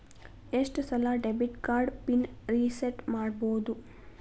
ಎಷ್ಟ ಸಲ debit card PIN reset ಮಾಡಬೋದು